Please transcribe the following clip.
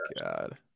god